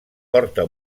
porta